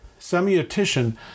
Semiotician